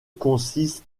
consiste